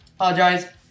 Apologize